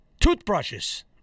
toothbrushes